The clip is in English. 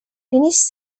finished